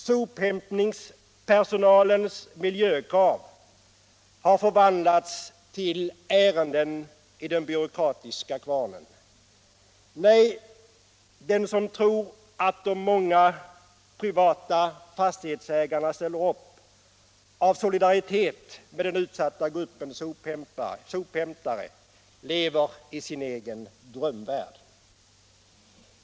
Sophämtningspersonalens miljökrav har förvandlats till ärenden i den byråkratiska kvarnen. Nej — den som tror att de många privata fastighetsägarna ställer upp av solidaritet med den utsatta gruppen sophämtare lever i sin egen drömvärld.